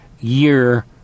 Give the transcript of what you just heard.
year